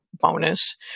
bonus